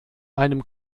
einem